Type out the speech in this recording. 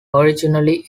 originally